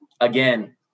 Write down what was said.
again